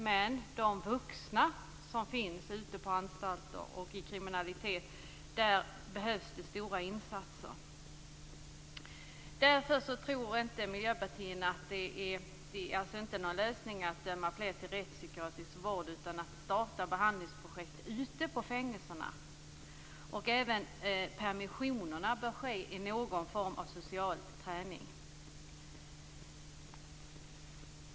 Men för de vuxna kriminella som finns på anstalterna behövs det stora insatser. Vi i Miljöpartiet tror inte att det är en lösning att döma fler till rättspsykiatrisk vård utan att starta behandlingsprojekt på fängelserna. Permissionerna bör utformas med någon form av social träning.